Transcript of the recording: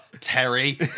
Terry